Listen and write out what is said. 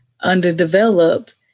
underdeveloped